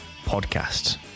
podcasts